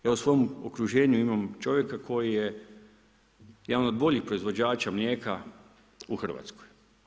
Ja u svom okruženju imam čovjeka koji je jedan od boljih proizvođača mlijeka u RH.